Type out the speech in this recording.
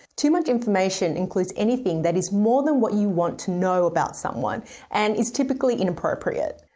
too much information includes anything that is more than what you want to know about someone and is typically inappropriate.